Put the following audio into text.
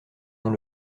dans